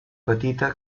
petita